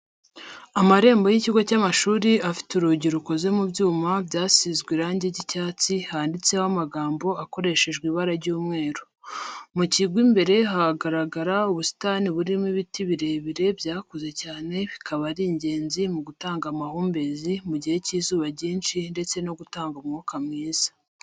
Amarembo y'ikigo cy'amashuri afite urugi rukoze mu byuma byasizwe irangi ry'icyatsi handitseho amagambo akoreshejwe ibara ry'umweru, mu kigo imbere hagaragara ubusitani burimo n'ibiti birebire byakuze cyane bikaba ari ingenzi mu gutanga amahumbezi mu gihe cy'izuba ryinshi ndetse no gutanga umwuka mwiza.